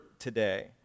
today